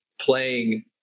playing